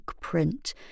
print